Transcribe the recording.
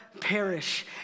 perish